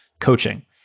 coaching